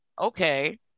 okay